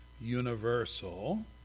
universal